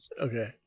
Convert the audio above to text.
Okay